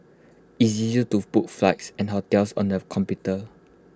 IT is easy to book flights and hotels on the computer